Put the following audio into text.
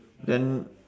then